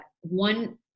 one